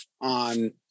on